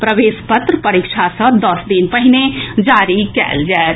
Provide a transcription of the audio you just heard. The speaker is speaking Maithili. प्रवेश पत्र परीक्षा सँ दस दिन पहिने जारी कएल जायत